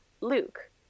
Luke